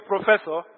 professor